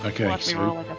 Okay